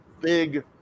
big